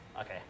Okay